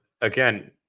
again